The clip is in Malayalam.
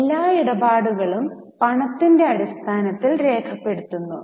എല്ലാ ഇടപാടുകളും പണത്തിന്റെ അടിസ്ഥാനത്തിൽ രേഖപെടുത്തുന്നു